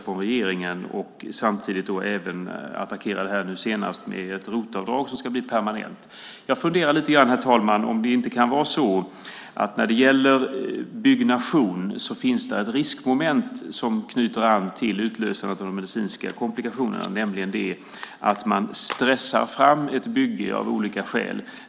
Samtidigt attackerar man det nu senast med ett ROT-avdrag som ska bli permanent. Jag funderar lite grann, herr talman, om det inte kan vara så att det när det gäller byggnation finns ett riskmoment som knyter an till utlösandet av de medicinska komplikationerna, nämligen att man stressar fram ett bygge av olika skäl.